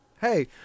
Hey